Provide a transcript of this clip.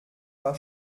paar